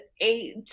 eight